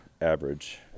Average